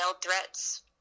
threats